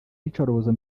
iyicarubozo